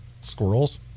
Squirrels